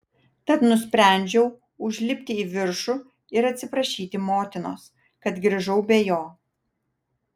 tad nusprendžiau užlipti į viršų ir atsiprašyti motinos kad grįžau be jo